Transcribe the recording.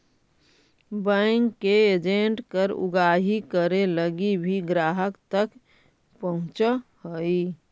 bank के agent कर उगाही करे लगी भी ग्राहक तक पहुंचऽ हइ